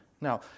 Now